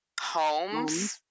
homes